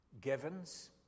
givens